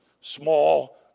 small